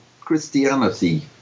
Christianity